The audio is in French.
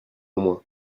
moins